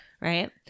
Right